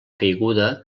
caiguda